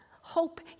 Hope